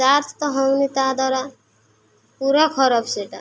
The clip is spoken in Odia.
ଚାର୍ଜ ତ ହଉନି ତା ଦ୍ୱାରା ପୁରା ଖରାପ ସେଇଟା